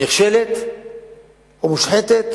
נכשלת ומושחתת